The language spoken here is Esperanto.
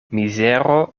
mizero